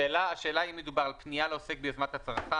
השאלה היא אם מדובר על פנייה לעוסק ביוזמת הצרכן,